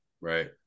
right